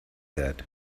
that